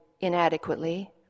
inadequately